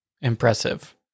impressive